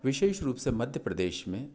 विशेष रूप से मध्य प्रदेश में